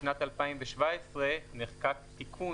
בשנת 2017 נחקק תיקון,